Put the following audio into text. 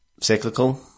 cyclical